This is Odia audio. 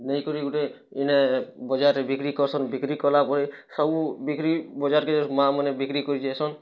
ନେଇକରି ଗୁଟେ ଏଣେ ବଜାରରେ ବିକ୍ରି କରସନ୍ ବିକ୍ରି କଲା ପରେ ସବୁ ବିକ୍ରି ବଜାର କେ ମାଆ ମାନେ ବିକ୍ରି କରି ଯାଏସନ୍